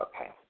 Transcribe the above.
okay